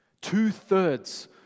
Two-thirds